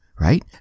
right